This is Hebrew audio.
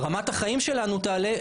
רמת החיים שלנו תעלה,